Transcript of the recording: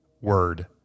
word